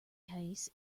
case